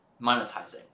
monetizing